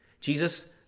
Jesus